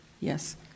Yes